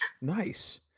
Nice